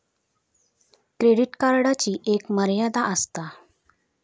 credit कार्डची एक मर्यादा आसता